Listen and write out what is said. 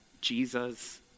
Jesus